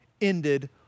ended